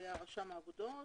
היה קודם רשם האגודות.